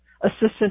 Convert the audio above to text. assistant